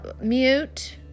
mute